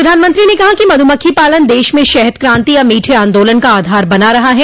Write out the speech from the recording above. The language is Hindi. प्रधानमंत्री ने कहा कि मधुमक्खी पालन देश में शहद क्रांति या मीठे आंदोलन का आधार बना रहा है